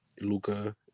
Luca